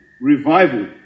revival